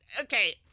Okay